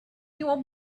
your